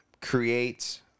create